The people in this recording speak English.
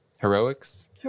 Heroics